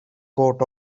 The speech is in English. coat